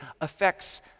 affects